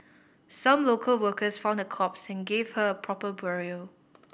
some local workers found her corpse and gave her a proper burial